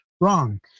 wrong